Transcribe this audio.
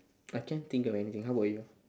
I can't think of anything how about you